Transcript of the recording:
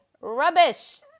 rubbish